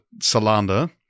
Salander